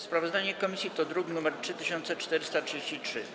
Sprawozdanie komisji to druk nr 3433.